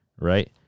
Right